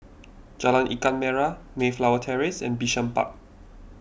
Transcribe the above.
Jalan Ikan Merah Mayflower Terrace and Bishan Park